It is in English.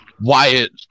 Wyatt